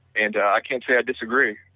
and i can't say i disagree